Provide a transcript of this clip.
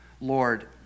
Lord